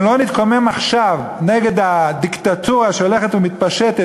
אם לא נתקומם עכשיו נגד הדיקטטורה שהולכת ומתפשטת,